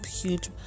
huge